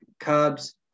Cubs